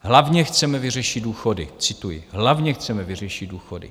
Hlavně chceme vyřešit důchody cituji hlavně chceme vyřešit důchody.